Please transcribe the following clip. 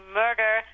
murder